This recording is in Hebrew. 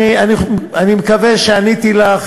אני מקווה שעניתי לך.